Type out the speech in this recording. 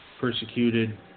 persecuted